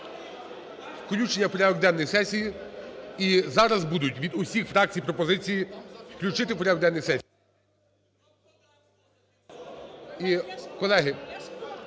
включення в порядок денний сесії. І зараз будуть від усіх фракцій пропозиції включити в порядок денний сесії.